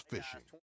Fishing